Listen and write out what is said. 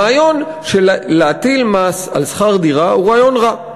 הרעיון של להטיל מס על שכר דירה הוא רעיון רע,